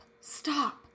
stop